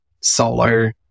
solo